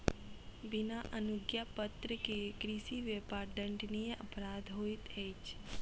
बिना अनुज्ञापत्र के कृषि व्यापार दंडनीय अपराध होइत अछि